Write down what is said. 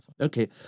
Okay